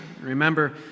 Remember